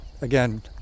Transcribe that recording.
again